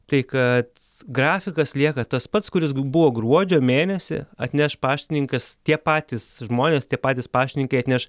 tai kad grafikas lieka tas pats kuris buvo gruodžio mėnesį atneš paštininkas tie patys žmonės tie patys paštininkai atneš